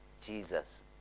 Jesus